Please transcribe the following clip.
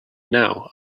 now